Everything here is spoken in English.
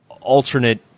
alternate